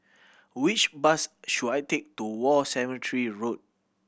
which bus should I take to War Cemetery Road